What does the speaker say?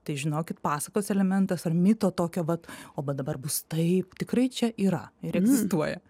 tai žinokit pasakos elementas ar mito tokia vat o dabar bus taip tikrai čia yra ir egzistuoja